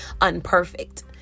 unperfect